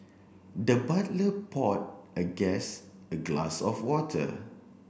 the butler pour a guest a glass of water